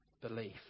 belief